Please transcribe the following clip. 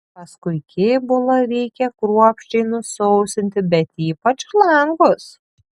paskui kėbulą reikia kruopščiai nusausinti bet ypač langus